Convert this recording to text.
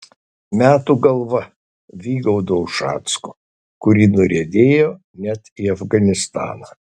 metų galva vygaudo ušacko kuri nuriedėjo net į afganistaną